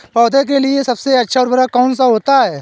पौधे के लिए सबसे अच्छा उर्वरक कौन सा होता है?